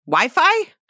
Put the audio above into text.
Wi-Fi